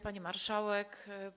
Pani Marszałek!